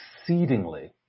exceedingly